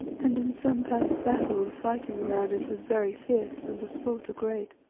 and in some past battle, the fighting around it was very fierce and the slaughter great.